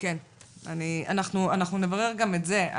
כן, אנחנו נברר גם את זה.